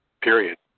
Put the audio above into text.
period